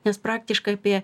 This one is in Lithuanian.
nes praktiškai apie